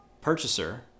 purchaser